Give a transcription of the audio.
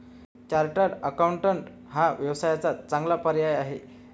chartered accountant हा व्यवसायाचा चांगला पर्याय आहे